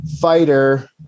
fighter